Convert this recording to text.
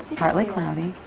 partly cloudy,